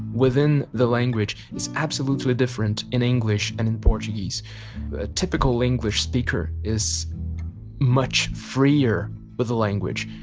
within the language is absolutely different in english and in portuguese. a typical english speaker is much freer with the language.